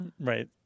Right